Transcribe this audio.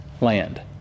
land